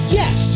yes